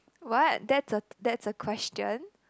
what that's a that's a question